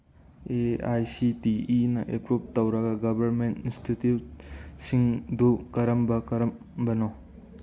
A I C T ꯏꯅ approve ꯇꯧꯔꯕ government ꯏꯟꯁꯇꯤꯇ꯭ꯌꯨꯠꯁꯤꯡꯗꯨ ꯀꯔꯝ ꯀꯔꯝꯕꯅꯣ